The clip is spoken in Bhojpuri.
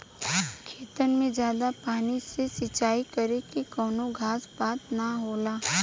खेतन मे जादा पानी से सिंचाई करे से कवनो घास पात ना होला